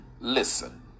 listen